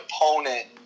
opponent